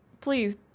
please